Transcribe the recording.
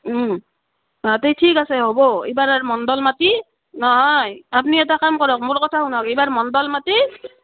অ তে ঠিক আছে হ'ব এইবাৰ আৰু মণ্ডল মাতি নহয় আপুনি এটা কাম কৰক মোৰ কথা শুনক এইবাৰ মণ্ডল মাতি